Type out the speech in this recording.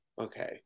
okay